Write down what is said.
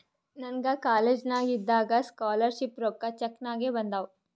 ನನಗ ಕಾಲೇಜ್ನಾಗ್ ಇದ್ದಾಗ ಸ್ಕಾಲರ್ ಶಿಪ್ ರೊಕ್ಕಾ ಚೆಕ್ ನಾಗೆ ಬಂದಾವ್